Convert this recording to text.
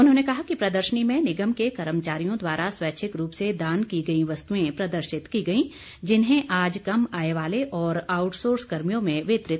उन्होंने कहा कि प्रदर्शनी में निगम के कर्मचारियों द्वारा स्वैच्छिक रूप से दान की गई वस्तुएं प्रदर्शित की गई जिन्हें आज कम आय वाले और आउटसोर्स कर्मियों में वितरित किया